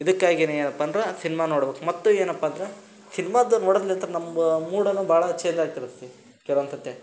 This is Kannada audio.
ಇದಕ್ಕಾಗೀನೆ ಏನಪ್ಪ ಅಂದ್ರೆ ಸಿನ್ಮಾ ನೋಡ್ಬೇಕ್ ಮತ್ತು ಏನಪ್ಪ ಅಂದ್ರೆ ಸಿನ್ಮಾದ ನೋಡಿದ್ ನಂತರ ನಮ್ಮ ಮೂಡುನೂ ಭಾಳ ಚೇಂಜ್ ಆಗ್ತಿರುತ್ತೆ ಕೆಲ್ವೊಂದು ಸಲ